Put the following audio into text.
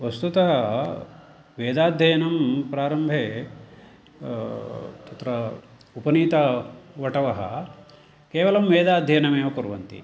वस्तुतः वेदाध्ययनं प्रारम्भे तत्र उपनीतवटवः केवलं वेदाध्ययनमेव कुर्वन्ति